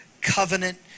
covenant